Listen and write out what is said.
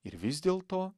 ir vis dėlto